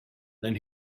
then